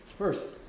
first,